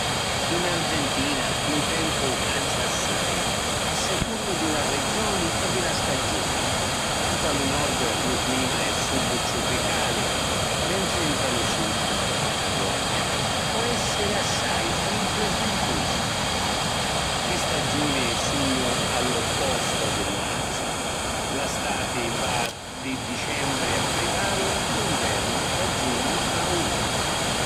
In Argentina lu tempu cancia assai a secunnu di la regioni e di la stagiuni. Nta lu nord lu clima è subtrupicali, mentri nta lu sud (Patagonia) po’ essiri assai friddu e vintusu. Li stagiuni sunnu all’oppostu di nuatri. La stati va di dicembri a frivraru, lu nvernu da giugnu a austu.